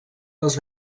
les